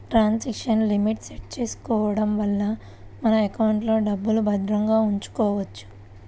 transaction limit set చేసుకోడం వల్ల మన ఎకౌంట్లో డబ్బుల్ని భద్రంగా ఉంచుకోవచ్చు